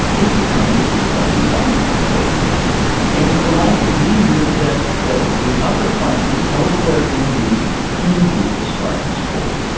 it's a kind of exciting life that they lead and it's a life of leisure that that the upper classes elsewhere in greece envy the spartans for,